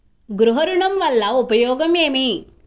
గృహ ఋణం వల్ల ఉపయోగం ఏమి?